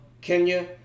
Kenya